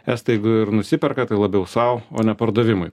estai jeigu ir nusiperka tai labiau sau o ne pardavimui